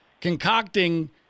concocting